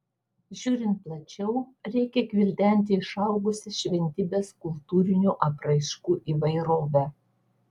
žiūrint plačiau reikia gvildenti išaugusią šventybės kultūrinių apraiškų įvairovę